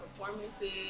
performances